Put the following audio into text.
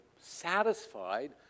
satisfied